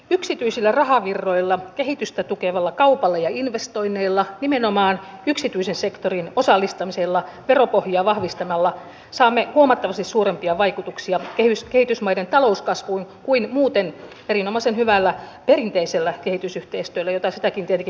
yksityisillä rahavirroilla kehitystä tukevalla kaupalla ja investoinneilla nimenomaan yksityisen sektorin osallistamisella veropohjaa vahvistamalla saamme huomattavasti suurempia vaikutuksia kehitysmaiden talouskasvuun kuin muuten erinomaisen hyvällä perinteisellä kehitysyhteistyöllä jota sitäkin tietenkin tarvitaan